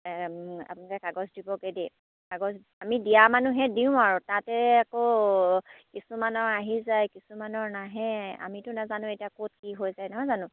আপোনালোকে কাগজ দিবগৈ দেই কাগজ আমি দিয়া মানুহহে দিওঁ আৰু তাতে আকৌ কিছুমানৰ আহি যায় কিছুমানৰ নাহে আমিতো নাজানো এতিয়া ক'ত কি হৈ যায় নহয় জানো